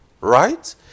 Right